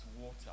water